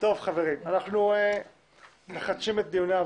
אנחנו מחדשים את הדיון.